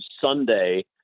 Sunday